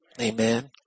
Amen